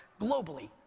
globally